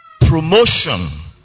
promotion